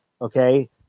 okay